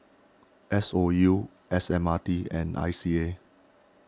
S O U S M R T and I C A